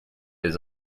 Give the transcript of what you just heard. les